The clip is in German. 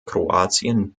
kroatien